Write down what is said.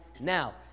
now